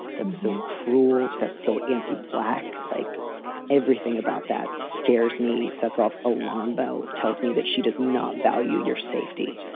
that's so cruel. that's so anti black. like everything about that scares me. sets off alarm bells. tells me that she does not value your safety.